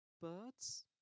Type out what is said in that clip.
birds